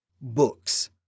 Books